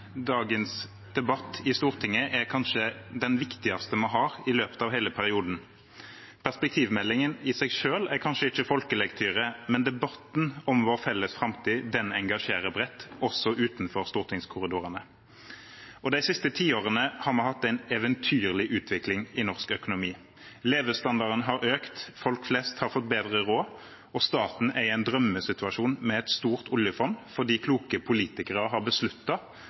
kanskje ikke folkelektyre, men debatten om vår felles framtid engasjerer bredt, også utenfor stortingskorridorene. De siste tiårene har vi hatt en eventyrlig utvikling i norsk økonomi. Levestandarden har økt. Folk flest har fått bedre råd, og staten er i en drømmesituasjon med et stort oljefond fordi kloke politikere har